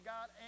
God